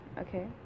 okay